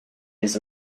his